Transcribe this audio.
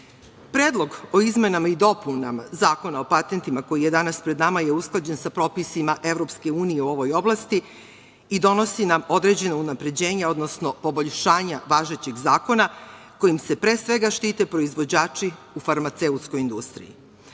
traje. Predlog o izmenama i dopunama Zakona o patentima, koji je danas pred nama, usklađen je sa propisima EU u ovoj oblasti i donosi nam određeno unapređenje, odnosno poboljšanja važećeg zakona, kojim se pre svega štite proizvođači u farmaceutskoj industriji. Konkretno,